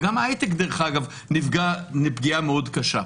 וגם ההייטק דרך אגב נפגע פגיעה מאוד קשה.